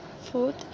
food